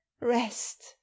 rest